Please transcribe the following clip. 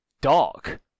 dark